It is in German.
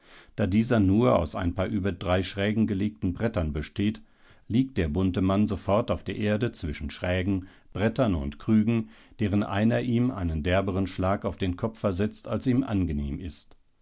da dieser nur aus ein paar über drei schrägen gelegten brettern besteht liegt der bunte mann sofort auf der erde zwischen schrägen brettern und krügen deren einer ihm einen derberen schlag auf den kopf versetzt als ihm angenehm ist